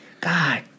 God